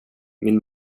min